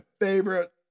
favorite